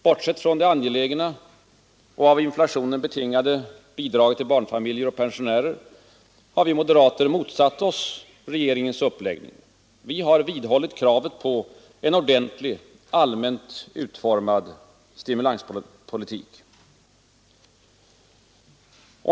Bortsett från det angelägna och av inflationen betingade bidraget till barnfamiljer och pensionärer, har vi moderater motsatt oss regeringens uppläggning. Vi har vidhållit kravet på en ordentlig, allmänt utformad stimulanspolitik.